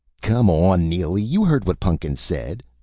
come on, neely! you heard what pun'kins said,